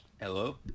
Hello